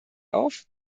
auf